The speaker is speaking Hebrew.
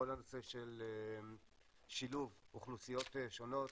כל הנושא של שילוב אוכלוסיות שונות,